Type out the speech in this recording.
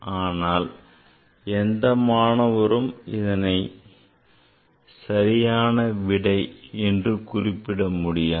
ஆனால் எந்த மாணவரும் இதனை சரியான விடை என்று குறிப்பிட முடியாது